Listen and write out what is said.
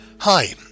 Hi